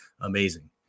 amazing